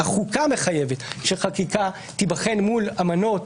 החוקה מחייבת שחקיקה תיבחן מול אמנות